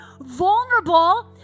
vulnerable